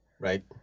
right